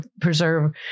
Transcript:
preserve